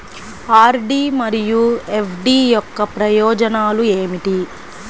RD మరియు FD యొక్క ప్రయోజనాలు ఏమిటి?